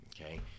okay